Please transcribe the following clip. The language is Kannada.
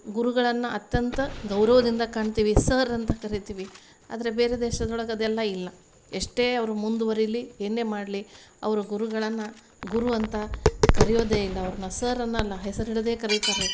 ಗುರುಗಳನ್ನ ಅತ್ಯಂತ ಗೌರವದಿಂದ ಕಾಣ್ತಿವಿ ಸರ್ ಅಂತ ಕರಿತೀವಿ ಆದರೆ ಬೇರೆ ದೇಶದೊಳಗೆ ಅದೆಲ್ಲ ಇಲ್ಲ ಎಷ್ಟೇ ಅವರು ಮುಂದುವರಿಲಿ ಏನೇ ಮಾಡಲಿ ಅವರು ಗುರುಗಳನ್ನ ಗುರು ಅಂತ ಕರಿಯೋದೆ ಇಲ್ಲ ಅವ್ರ್ನ ಸರ್ ಅನ್ನಲ್ಲ ಹೆಸ್ರು ಹಿಡಿದೇ ಕರೀತಾರೆ